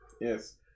Yes